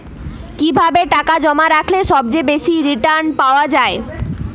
কিভাবে টাকা জমা রাখলে সবচেয়ে বেশি রির্টান পাওয়া য়ায়?